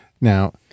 Now